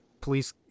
police